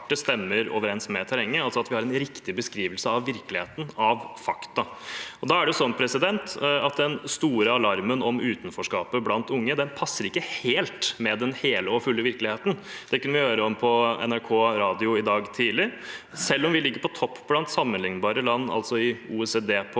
stemmer overens med terrenget, altså at vi har en riktig beskrivelse av virkeligheten, av fakta. Den store alarmen om utenforskapet blant unge passer ikke helt med den hele og fulle virkeligheten. Det kunne vi høre om på NRK Radio i dag tidlig. Selv om vi ligger på topp blant sammenlignbare land, altså i OECD, på